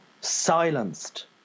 silenced